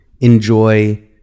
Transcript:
enjoy